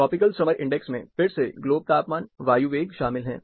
tropical summer index में फिर से ग्लोब तापमान वायु वेग शामिल हैं